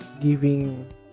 giving